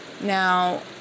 Now